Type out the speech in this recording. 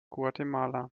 guatemala